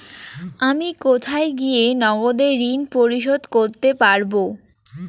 আমি কোথায় গিয়ে নগদে ঋন পরিশোধ করতে পারবো?